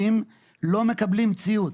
מהעובדים לא מקבלים ציוד.